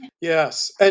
Yes